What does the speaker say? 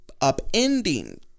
upending